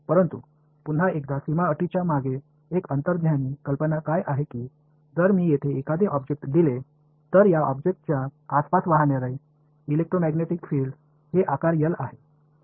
परंतु पुन्हा एकदा सीमा अटीच्या मागे एक अंतर्ज्ञानी कल्पना काय आहे की जर मी येथे एखादे ऑब्जेक्ट दिले तर या ऑब्जेक्टच्या आसपास वाहणारे इलेक्ट्रोमॅग्नेटिक फील्ड हे आकार L आहे